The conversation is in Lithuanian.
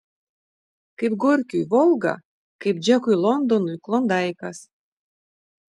kaip gorkiui volga kaip džekui londonui klondaikas